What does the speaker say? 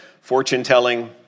fortune-telling